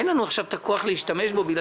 אין לנו עכשיו את הכוח להשתמש בו בגלל